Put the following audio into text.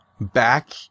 back